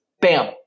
bam